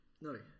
No